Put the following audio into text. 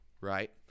Right